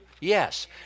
Yes